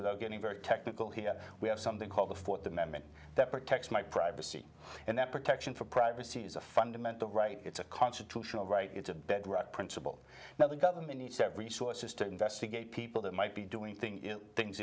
without getting very technical here we have something called the fourth amendment that protects my privacy and that protection for privacy is a fundamental right it's a constitutional right it's a bedrock principle now the government needs to have resources to investigate people that might be doing thing in things